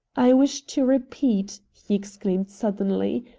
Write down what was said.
i wish to repeat, he exclaimed suddenly,